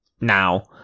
now